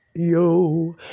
Yo